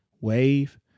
Wave